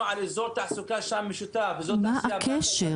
על אזור תעסוקה משותף --- מה הקשר?